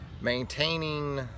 maintaining